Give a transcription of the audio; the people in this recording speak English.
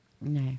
No